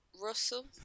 Russell